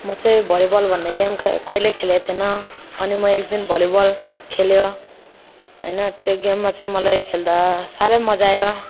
म चाहिँ volleyball भन्ने गेम कहिले खेलेको थिएन अनि म एक दिन भली बल खेल्यो होइन त्यो गेममा चाहिँ मलाई खेल्दा साह्रै मजा आयो